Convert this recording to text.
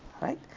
right